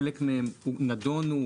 חלק מהם נדונו,